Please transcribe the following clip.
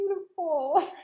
beautiful